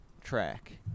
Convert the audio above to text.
track